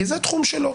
כי זה תחום שלו.